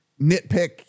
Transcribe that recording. nitpick